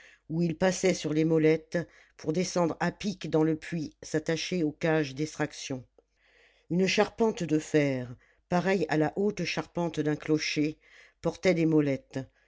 où ils passaient sur les molettes pour descendre à pic dans le puits s'attacher aux cages d'extraction une charpente de fer pareille à la haute charpente d'un clocher portait les molettes